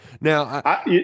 now